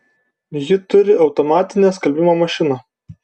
ji turi automatinę skalbimo mašiną